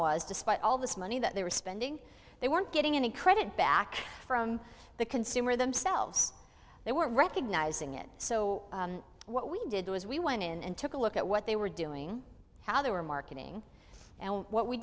was despite all this money that they were spending they weren't getting any credit back from the consumer themselves they weren't recognizing it so what we did was we went in and took a look at what they were doing how they were marketing what we